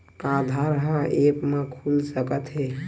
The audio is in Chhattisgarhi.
का आधार ह ऐप म खुल सकत हे?